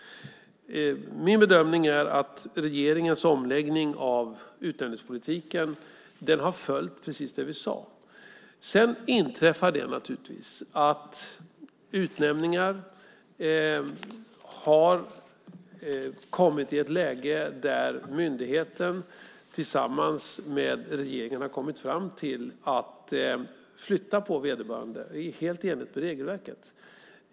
Min bedömning är att regeringens omläggning av utnämningspolitiken har följt precis det vi sade. Sedan har det naturligtvis inträffat att utnämningar har kommit i ett läge där myndigheten tillsammans med regeringen har kommit fram till att flytta på vederbörande, helt i enlighet med regelverket.